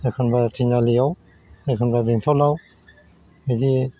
एखम्बा थिनालियाव एखम्बा बेंथलाव बिदि